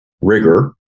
rigor